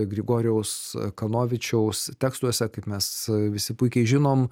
grigorijaus kanovičiaus tekstuose kaip mes visi puikiai žinom